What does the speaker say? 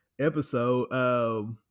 episode